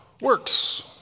works